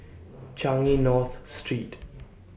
Changi North Street